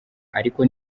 ariko